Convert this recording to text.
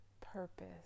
purpose